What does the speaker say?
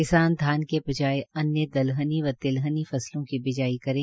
किसान धान के बजाये अन्य दलहनी व तिलहनी फसलों की बिजाई करें